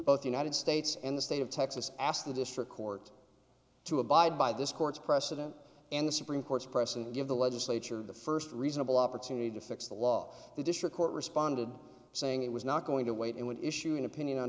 both united states and the state of texas asked the district court to abide by this court's precedent and the supreme court's precedent give the legislature the first reasonable opportunity to fix the law the district court responded saying it was not going to wait and would issue an opinion on